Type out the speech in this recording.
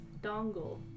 dongle